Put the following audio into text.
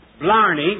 Blarney